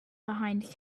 behind